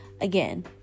Again